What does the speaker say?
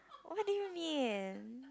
what do you mean